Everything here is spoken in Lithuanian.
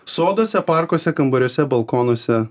soduose parkuose kambariuose balkonuose